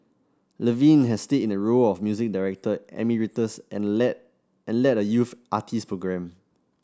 Levine had stayed in the role of music director emeritus and led and led a youth artist program